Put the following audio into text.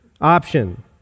option